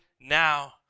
now